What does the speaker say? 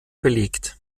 belegt